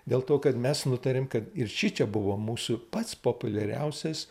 dėl to kad mes nutarėm kad ir šičia buvo mūsų pats populiariausias